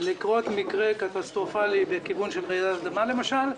אם יקרה מקרה קטסטרופלי של רעידת אדמה למשל,